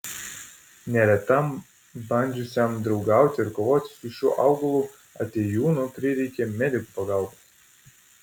neretam bandžiusiam draugauti ar kovoti su šiuo augalu atėjūnu prireikė medikų pagalbos